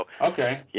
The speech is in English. Okay